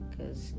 Cause